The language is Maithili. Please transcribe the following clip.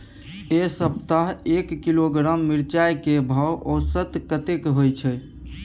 ऐ सप्ताह एक किलोग्राम मिर्चाय के भाव औसत कतेक होय छै?